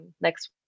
next